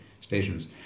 stations